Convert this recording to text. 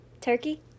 Turkey